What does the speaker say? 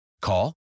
Call